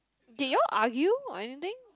did you all argue or anything